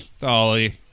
Dolly